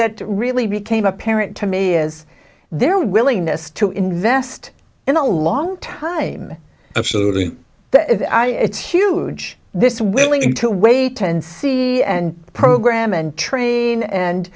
that really became apparent to me is their willingness to invest in a long time absolutely it's huge this willing to wait and see and program and trade and